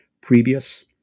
previous